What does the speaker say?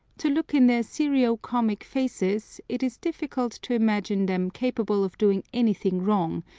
to look in their serio-comic faces it is difficult to imagine them capable of doing anything wrong,